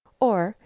or,